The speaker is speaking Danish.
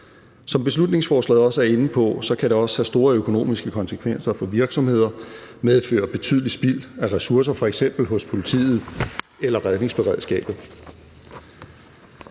Som beslutningsforslaget er inde på, kan det også have store økonomiske konsekvenser for virksomheder og medføre betydelig spild af ressourcer, f.eks. hos politiet eller redningsberedskabet.